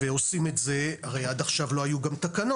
ועושים את זה הרי עד עכשיו לא היו גם תקנות,